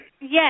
Yes